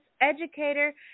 educator